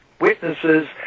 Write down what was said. witnesses